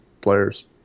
players